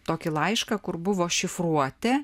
tokį laišką kur buvo šifruoti